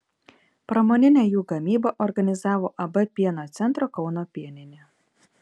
pramoninę jų gamybą organizavo ab pieno centro kauno pieninė